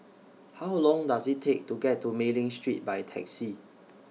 How Long Does IT Take to get to Mei Ling Street By Taxi